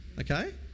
okay